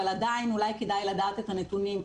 אבל עדיין אולי כדאי לדעת את הנתונים.